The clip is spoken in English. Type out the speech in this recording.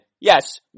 Yes